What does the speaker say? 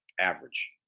average